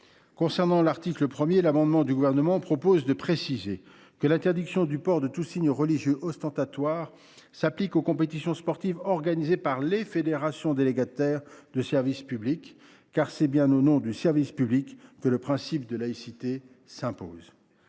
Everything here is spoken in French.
possible. À l’article 1, l’amendement n° 31 vise à préciser que l’interdiction du port de tout signe religieux ostentatoire s’applique aux compétitions sportives organisées par les fédérations délégataires de service public. C’est en effet au nom du service public que le principe de laïcité s’impose.